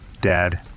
Dad